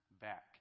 back